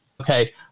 Okay